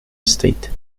state